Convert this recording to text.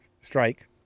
strike